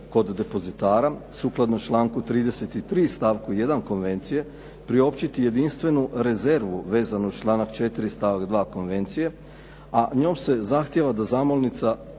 kod depozitara sukladno članku 33. stavku 1. konvencije, priopćiti jedinstvenu rezervu vezanu uz članak 4. stavak 2 konvencije, a njom se zahtjeva da zamolnica